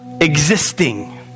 existing